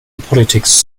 politics